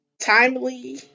timely